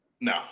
No